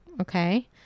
Okay